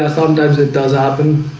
ah some times it does happen,